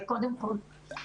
רם שפע (יו"ר ועדת החינוך,